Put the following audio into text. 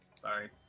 Sorry